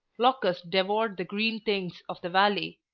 locusts devoured the green things of the valley.